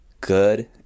good